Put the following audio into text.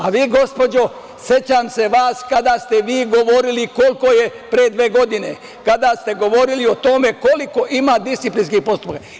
A vi, gospođo, sećam se vas kada ste vi govorili pre dve godine, kada ste govorili o tome koliko ima disciplinskih poslova.